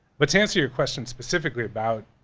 let's answer your question specifically about,